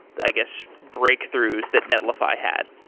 i guess, breakthroughs that netlify had?